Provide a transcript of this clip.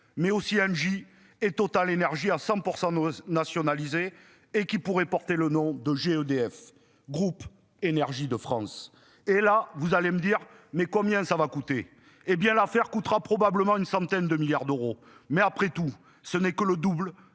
mais aussi Engie et Total énergies à 100 pour nationalisée et qui pourrait porter le nom de GODF groupe Énergie de France et là vous allez me dire mais combien ça va coûter. Eh bien l'affaire coûtera probablement une centaine de milliards d'euros, mais après tout, ce n'est que le double